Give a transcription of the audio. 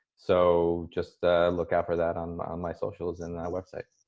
so just look out for that on my socials and website.